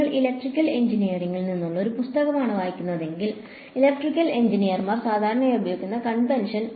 നിങ്ങൾ ഇലക്ട്രിക്കൽ എഞ്ചിനീയറിംഗിൽ നിന്നുള്ള ഒരു പുസ്തകമാണ് വായിക്കുന്നതെങ്കിൽ ഇലക്ട്രിക്കൽ എഞ്ചിനീയർമാർ സാധാരണയായി ഉപയോഗിക്കുന്ന കൺവെൻഷൻ